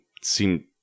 seem